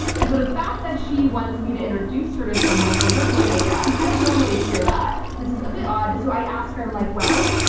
and so the fact that she wants me to introduce her to someone for her brilliant idea, and i don't normally hear that. it's a bit odd. so i ask her, um like, well,